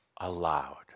allowed